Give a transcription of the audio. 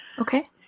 Okay